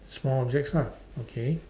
small objects lah okay